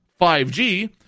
5G